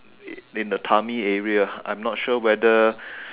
in the tummy area I'm not sure whether